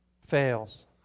fails